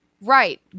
Right